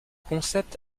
concept